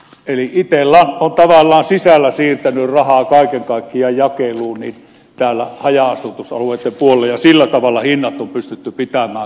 eli itella on tavallaan sisällä siirtänyt rahaa kaiken kaikkiaan jakeluun haja asutusalueitten puolella ja sillä tavalla hinnat on pystytty pitämään kohtuullisina